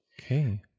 okay